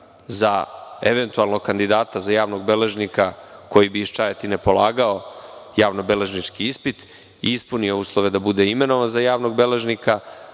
za eventualnog kandidata za javnog beležnika, koji bi iz Čajetine polagao javno-beležnički ispit i ispunio uslove da bude imenovan za javnog beležnika.